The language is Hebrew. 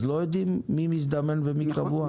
לא יודעים מי מזדמן ומי קבוע?